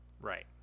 Right